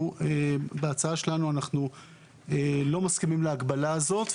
בהצעה שלנו אנחנו לא מסכימים להגבלה הזאת,